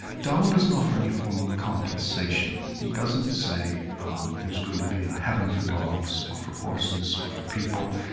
darwin doesn't offer any form of compensation. he doesn't say there's going to be a heaven for dogs or for horses or for people.